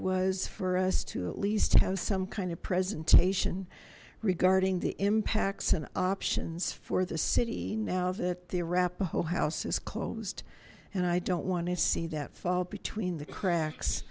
was for us to at least have some kind of presentation regarding the impacts and options for the city now that the arapahoe house is closed and i don't want to see that fall between the cracks